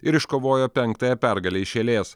ir iškovojo penktąją pergalę iš eilės